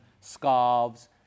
scarves